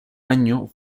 año